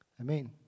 Amen